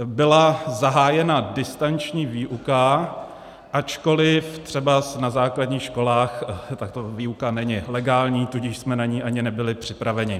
Byla zahájena distanční výuka, ačkoliv třeba na základních školách tato výuka není legální, tudíž jsme na ni ani nebyli připraveni.